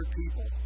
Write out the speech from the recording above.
people